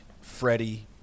Freddie